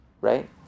right